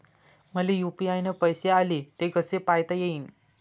मले यू.पी.आय न पैसे आले, ते कसे पायता येईन?